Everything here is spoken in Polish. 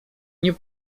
nie